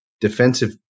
defensive